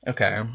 Okay